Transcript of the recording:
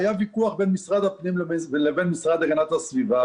היה ויכוח בין משרד הפנים לבין המשרד להגנת הסביבה,